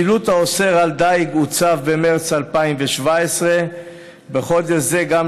השילוט האוסר דיג הוצב במרס 2017. בחודש זה גם